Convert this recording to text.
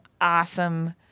awesome